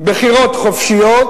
בחירות חופשיות,